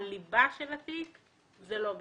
הליבה של התיק אז זה לא בסדר.